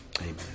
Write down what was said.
Amen